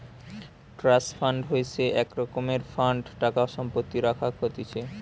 trust fund হইসে এক রকমের ফান্ড টাকা সম্পত্তি রাখাক হতিছে